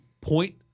point